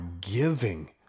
giving